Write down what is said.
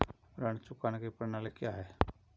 ऋण चुकाने की प्रणाली क्या है?